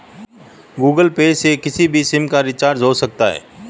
Google Pay से किसी भी सिम का रिचार्ज हो सकता है